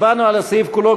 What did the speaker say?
הצבענו על הסעיף כולו,